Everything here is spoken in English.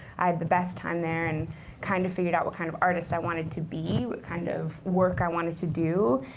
i had the best time there, and kind of figured out what kind of artist i wanted to be, what kind of work i wanted to do.